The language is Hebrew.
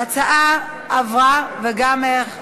ההצעה עברה, גם אני.